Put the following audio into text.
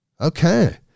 Okay